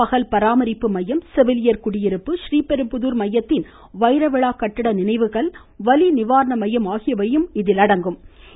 பகல் பராமரிப்பு மையம் செவிலியர் குடியிருப்பு ஸ்ரீபெரும்புதார் மையத்தின் வைரவிழா கட்டிட நினைவுக்கல் வலி நிவாரண மையம் ஆகியவற்றையும் பிரதமர் துவக்கி வைத்தார்